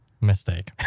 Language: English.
Mistake